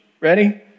Ready